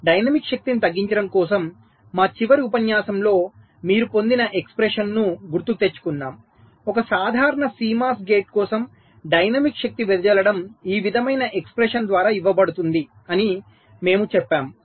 dynamic శక్తిని తగ్గించడం కోసం మా చివరి ఉపన్యాసంలో మీరు పొందిన ఎక్స్ప్రెషన్ను గుర్తుకు తెచ్చుకుందాం ఒక సాధారణ CMOS గేట్ కోసం డైనమిక్ శక్తి వెదజల్లడం ఈ విధమైన ఎక్స్ప్రెషన్ ద్వారా ఇవ్వబడుతుంది అని మేము చెప్పాము